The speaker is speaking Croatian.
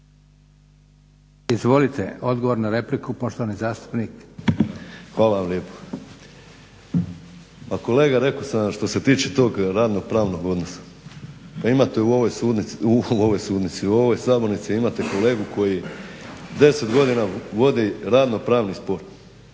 Mladen (Hrvatski laburisti - Stranka rada)** Hvala vam lijepa. Pa kolega rekao sam vam što se tiče tog radno-pravnog odnosa da imate u ovoj sudnici, u ovoj sabornici imate kolegu koji 10 godina vodi radno-pravni spor